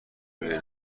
روی